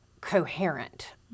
coherent